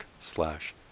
slash